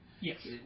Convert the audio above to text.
Yes